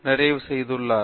நிறைவு செய்துள்ளார்